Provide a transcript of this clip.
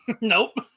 nope